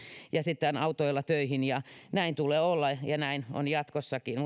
ja sitten autoilla töihin näin tulee olla ja näin on jatkossakin